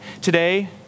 today